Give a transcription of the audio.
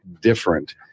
different